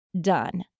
done